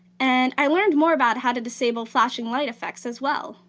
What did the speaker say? and i learned more about how to disable flashing light effects as well.